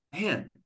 man